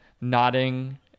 nodding